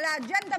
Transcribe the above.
על האג'נדה,